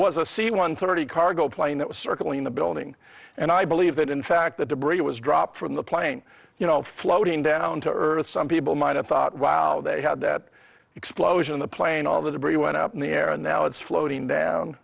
was a c one thirty cargo plane that was circling the building and i believe that in fact the debris was dropped from the plane you know floating down to earth some people might have thought wow they had that explosion the plane all the debris went up in the air and now it's floating down